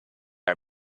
are